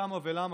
כמה ולמה,